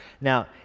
now